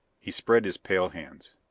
he spread his pale hands.